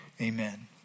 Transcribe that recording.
Amen